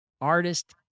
Artist